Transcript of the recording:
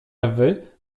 ewy